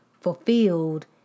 fulfilled